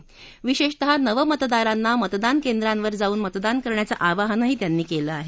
त्यांनी विशेषतः नवमतदारांना मतदान केंद्रांवर जाऊन मतदान करण्याचं आवाहन त्यांनी केलं आहे